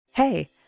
Hey